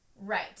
Right